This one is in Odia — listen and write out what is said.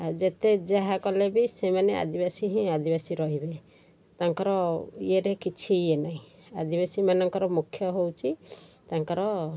ଆଉ ଯେତେ ଯାହା କଲେ ବି ସେମାନେ ଆଦିବାସୀ ହିଁ ଆଦିବାସୀ ରହିବେ ତାଙ୍କର ଇଏରେ କିଛି ଇଏ ନାହିଁ ଆଦିବାସୀମାନଙ୍କର ମୁଖ୍ୟ ହେଉଛି ତାଙ୍କର